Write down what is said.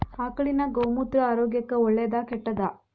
ಆಕಳಿನ ಗೋಮೂತ್ರ ಆರೋಗ್ಯಕ್ಕ ಒಳ್ಳೆದಾ ಕೆಟ್ಟದಾ?